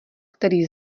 který